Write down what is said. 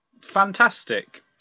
Fantastic